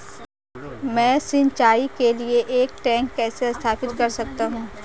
मैं सिंचाई के लिए एक टैंक कैसे स्थापित कर सकता हूँ?